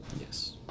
Yes